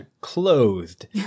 clothed